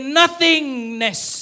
nothingness